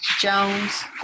Jones